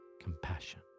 compassion